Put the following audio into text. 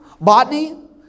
botany